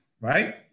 Right